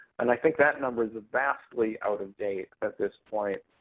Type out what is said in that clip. and i think that number's vastly out of date at this point.